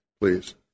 please